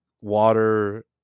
water